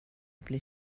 bli